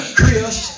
Chris